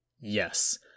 Yes